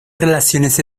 relaciones